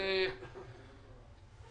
זה